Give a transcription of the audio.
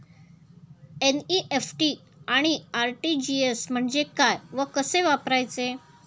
NEFT आणि RTGS म्हणजे काय व कसे वापरायचे?